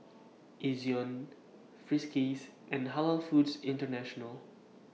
Ezion Friskies and Halal Foods International